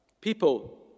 people